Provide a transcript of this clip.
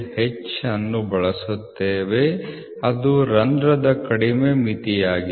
H ಅನ್ನು ಬಳಸುತ್ತೇವೆ ಅದು ರಂಧ್ರದ ಕಡಿಮೆ ಮಿತಿಯಾಗಿದೆ